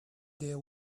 their